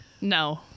No